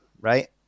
right